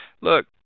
look